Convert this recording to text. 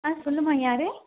ஆ சொல்லும்மா யார்